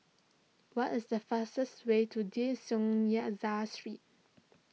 what is the fastest way to De Street